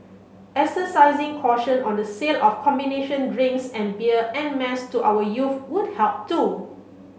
exercising caution on the sale of combination drinks and beer en mass to our youth would help too